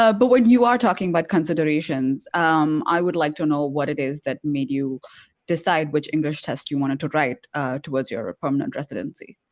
ah but when you are talking about considerations um i would like to know what it is that made you decide which english test you wanted to write towards your ah permanent residency.